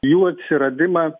jų atsiradimą